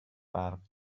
برف